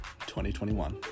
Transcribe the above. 2021